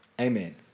Amen